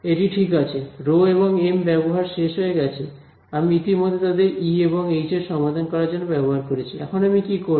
এটি ঠিক আছে রোহ এবং এম ব্যবহার শেষ হয়ে গেছে আমি ইতিমধ্যে তাদের ই এবং এইচ এর সমাধান করার জন্য ব্যবহার করেছি এখন আমি কী করব